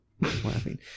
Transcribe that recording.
laughing